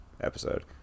episode